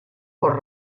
por